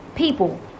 people